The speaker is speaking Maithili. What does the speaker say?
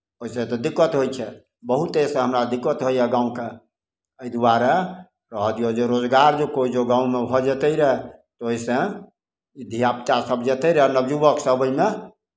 ओहिसँ तऽ दिक्कत होइ छै बहुत एहिसँ हमरा दिक्कत होइए गाँवके एहि दुआरे रहय दियौ जे रोजगार जे कोनो गाँवमे भऽ जयतै रहए ओहिसँ धिया पुतासभ जयतै रहए नवयुवकसभ ओहिमे